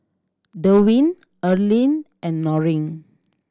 Darwyn Erling and Loring